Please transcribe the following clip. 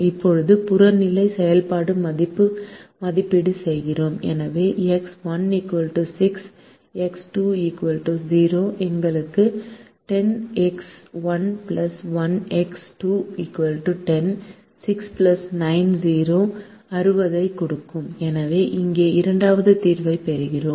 இப்போது புறநிலை செயல்பாட்டு மதிப்பை மதிப்பீடு செய்கிறோம் எனவே எக்ஸ் 1 6 எக்ஸ் 2 0 எங்களுக்கு 10 எக்ஸ் 1 9 எக்ஸ் 2 10 6 9 60 ஐக் கொடுக்கும் எனவே இங்கே இரண்டாவது தீர்வைப் பெறுகிறோம்